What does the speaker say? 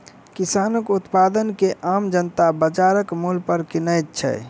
किसानक उत्पाद के आम जनता बाजारक मूल्य पर किनैत छै